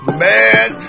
man